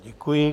Děkuji.